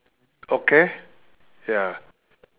okay ya